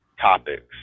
topics